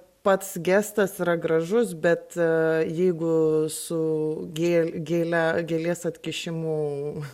pats gestas yra gražus bet jeigu su gėl gėle gėlės atkišimu